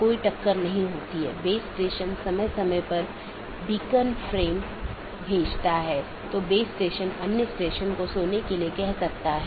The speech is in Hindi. अपडेट मेसेज का उपयोग व्यवहार्य राउटरों को विज्ञापित करने या अव्यवहार्य राउटरों को वापस लेने के लिए किया जाता है